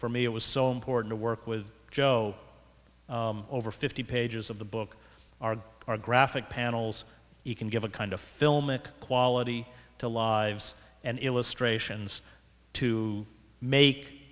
for me it was so important to work with joe over fifty pages of the book are our graphic panels he can give a kind of filmic quality to lives and illustrations to make